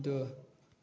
दो